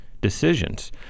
decisions